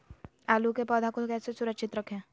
आलू के पौधा को कैसे सुरक्षित रखें?